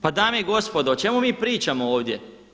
Pa dame i gospodo o čemu mi pričamo ovdje?